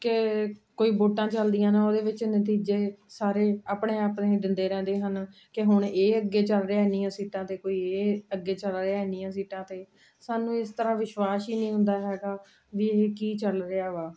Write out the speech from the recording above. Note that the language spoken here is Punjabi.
ਕਿ ਕੋਈ ਵੋਟਾਂ ਚੱਲਦੀਆਂ ਨਾ ਉਹਦੇ ਵਿੱਚ ਨਤੀਜੇ ਸਾਰੇ ਆਪਣੇ ਆਪਣੇ ਦਿੰਦੇ ਰਹਿੰਦੇ ਹਨ ਕਿ ਹੁਣ ਇਹ ਅੱਗੇ ਚੱਲ ਰਿਹਾ ਇੰਨੀਆਂ ਸੀਟਾਂ 'ਤੇ ਕੋਈ ਇਹ ਅੱਗੇ ਚੱਲ ਰਿਹਾ ਇੰਨੀਆਂ ਸੀਟਾਂ 'ਤੇ ਸਾਨੂੰ ਇਸ ਤਰ੍ਹਾਂ ਵਿਸ਼ਵਾਸ ਹੀ ਨਹੀਂ ਹੁੰਦਾ ਹੈਗਾ ਵੀ ਇਹ ਕੀ ਚੱਲ ਰਿਹਾ ਵਾ